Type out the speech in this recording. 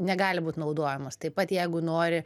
negali būti naudojamos taip pat jeigu nori